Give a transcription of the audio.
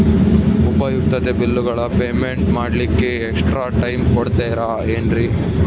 ಉಪಯುಕ್ತತೆ ಬಿಲ್ಲುಗಳ ಪೇಮೆಂಟ್ ಮಾಡ್ಲಿಕ್ಕೆ ಎಕ್ಸ್ಟ್ರಾ ಟೈಮ್ ಕೊಡ್ತೇರಾ ಏನ್ರಿ?